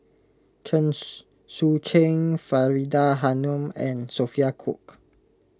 Chen Sucheng Faridah Hanum and Sophia Cooke